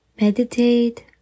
meditate